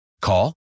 Call